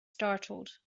startled